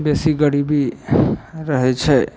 बेसी गरीबी रहय छै